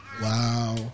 Wow